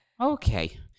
Okay